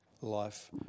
life